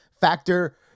Factor